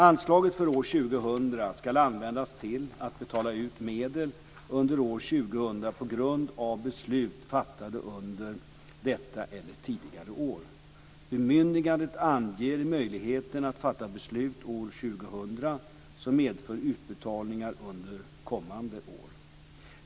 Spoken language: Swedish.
Anslaget för år 2000 ska användas till att betala ut medel under år 2000 på grund av beslut fattade under detta eller tidigare år. Bemyndigandet anger möjligheten att fatta beslut år 2000 som medför utbetalningar under kommande år.